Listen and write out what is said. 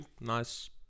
nice